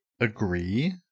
agree